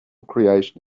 creation